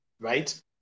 right